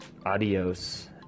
adios